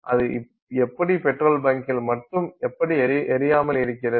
அது எப்படி பெட்ரோல் பங்கில் மட்டும் எப்படி எரியாமல் இருக்கிறது